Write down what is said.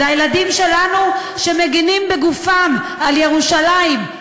אלה הילדים שלנו שמגינים בגופם על ירושלים,